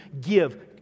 give